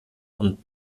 und